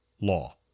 law